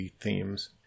themes